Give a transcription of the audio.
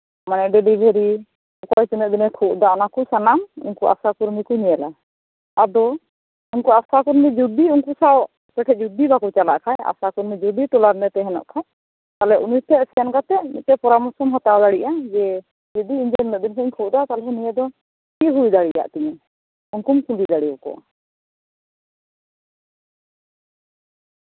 ᱢᱟᱱᱮ ᱵᱩᱰᱤᱜᱷᱟᱹᱨᱤ ᱚᱠᱚᱭ ᱛᱤᱱᱟᱹᱜ ᱫᱤᱱᱮ ᱠᱷᱩᱜ ᱮᱫᱟ ᱚᱱᱟ ᱠᱚ ᱥᱟᱱᱟᱢ ᱩᱱᱠᱩ ᱟᱥᱟ ᱠᱩᱨᱢᱤ ᱠᱚ ᱧᱮᱞᱟ ᱟᱫᱚ ᱩᱱᱠᱩ ᱟᱥᱟ ᱠᱩᱨᱢᱤ ᱡᱩᱫᱤ ᱩᱱᱠᱩ ᱥᱟᱶ ᱡᱩᱫᱤ ᱵᱟᱠᱚ ᱪᱟᱞᱟᱜ ᱠᱷᱟᱱ ᱟᱥᱟ ᱠᱩᱨᱢᱤ ᱡᱩᱫᱤ ᱴᱟᱞᱟ ᱨᱮᱱᱮ ᱛᱟᱦᱮᱱᱚᱜ ᱠᱷᱟᱱ ᱛᱟᱞᱦᱮ ᱩᱱᱤ ᱴᱷᱮᱱ ᱯᱷᱳᱱ ᱠᱟᱛᱮᱫ ᱡᱷᱚᱛᱚ ᱯᱚᱨᱟᱢᱚᱨᱥᱚᱢ ᱦᱟᱛᱟᱣ ᱫᱟᱲᱮᱭᱟᱜᱼᱟ ᱡᱮ ᱫᱤᱫᱤ ᱟᱹᱰᱤ ᱫᱤᱱ ᱠᱷᱚᱱᱤᱧ ᱠᱷᱳᱜ ᱮᱫᱟ ᱛᱟᱞᱦᱮ ᱱᱤᱭᱟᱹ ᱫᱚ ᱪᱮᱫ ᱦᱩᱭ ᱫᱟᱲᱮᱭᱟᱜ ᱛᱤᱧᱟ ᱩᱱᱠᱩᱢ ᱠᱩᱞᱤ ᱫᱟᱲᱮᱭᱟᱠᱚᱣᱟ